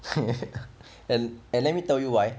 and and let me tell you why